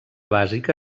bàsica